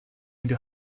into